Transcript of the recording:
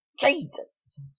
Jesus